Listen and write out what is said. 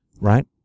Right